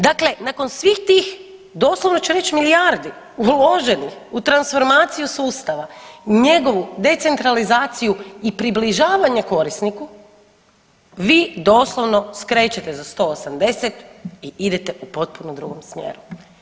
Dakle, nakon svih tih doslovno ću reć milijardi uloženih u transformaciju sustava i njegovu decentralizaciju i približavanje korisniku vi doslovno skrećete za 180 i idete u potpuno drugom smjeru.